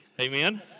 Amen